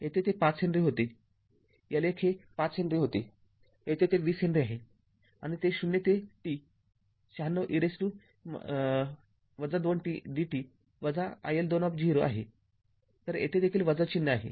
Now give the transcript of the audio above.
येथे ते ५ हेनरी होते L१ हे ५ हेनरी होते येथे ते २० हेनरी आहे आणि ते ० ते t ९६ e २t dt iL२० आहे तर येथे देखील चिन्ह आहे